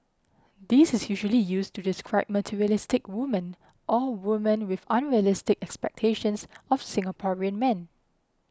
this is usually used to describe materialistic women or women with unrealistic expectations of Singaporean men